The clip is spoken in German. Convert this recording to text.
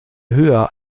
höher